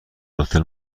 هتل